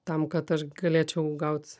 tam kad aš galėčiau gaut